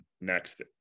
next